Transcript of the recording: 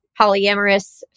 polyamorous